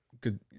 good